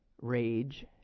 rage